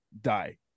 die